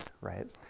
right